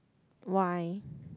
why